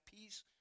peace